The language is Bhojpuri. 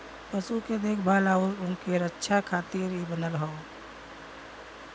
पशु के देखभाल आउर उनके रक्षा खातिर इ बनल हौ